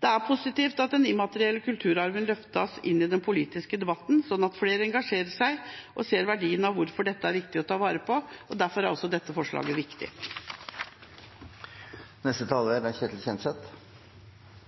Det er positivt at den immaterielle kulturarven løftes inn i den politiske debatten, slik at flere engasjerer seg og ser verdien i dette og hvorfor dette er viktig å ta vare på. Derfor er dette forslaget viktig. Som en av forslagsstillerne fra Venstre synes jeg det er